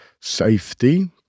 safety